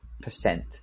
percent